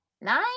Nine